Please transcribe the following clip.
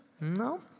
No